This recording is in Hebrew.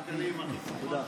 בבקשה.